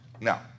Now